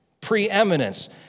preeminence